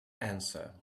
answer